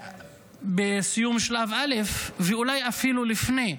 בסיום שלב א', ואולי אפילו לפני,